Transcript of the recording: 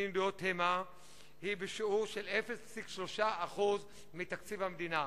שיעור של 0.3% מתקציב המדינה.